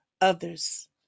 others